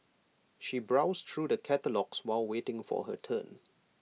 she browsed through the catalogues while waiting for her turn